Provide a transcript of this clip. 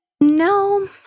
No